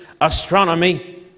astronomy